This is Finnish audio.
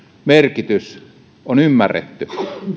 merkitys on ymmärretty